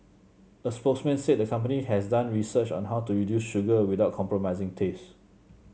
a spokesman said the company has done research on how to reduce sugar without compromising taste